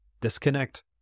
disconnect